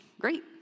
great